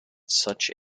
such